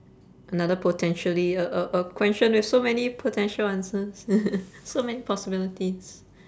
another potentially a a a question with so many potential answers so many possibilities